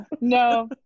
No